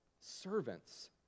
servants